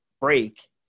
break